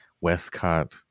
Westcott